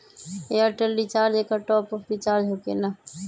Airtel recharge एकर top off recharge होकेला?